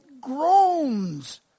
groans